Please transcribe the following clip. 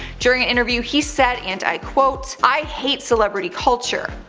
during an interview he said, and i quote, i hate celebrity culture.